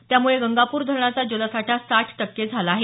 त्यामुळे गंगापूर धरणाचा जलसाठा साठ टक्के झाला आहे